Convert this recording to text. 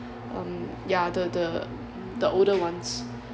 um ya the the the older ones